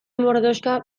mordoxka